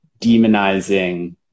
demonizing